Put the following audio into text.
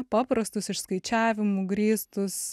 paprastus išskaičiavimu grįstus